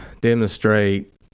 demonstrate